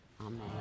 Amen